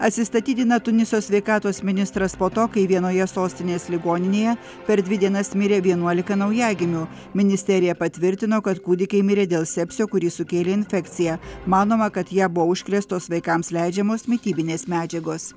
atsistatydina tuniso sveikatos ministras po to kai vienoje sostinės ligoninėje per dvi dienas mirė vienuolika naujagimių ministerija patvirtino kad kūdikiai mirė dėl sepsio kurį sukėlė infekcija manoma kad ją buvo užkrėstos vaikams leidžiamos mitybinės medžiagos